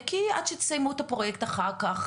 כי עד שתסיימו את הפרוייקט אחר כך,